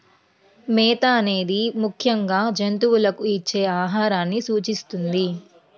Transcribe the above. మేత అనేది ముఖ్యంగా జంతువులకు ఇచ్చే ఆహారాన్ని సూచిస్తుంది